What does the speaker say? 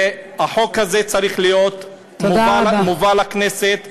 והחוק הזה צריך להיות מובא לכנסת ומאושר.